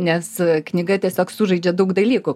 nes knyga tiesiog sužaidžia daug dalykų